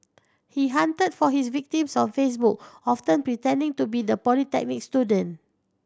he hunted for his victims on Facebook often pretending to be the polytechnic student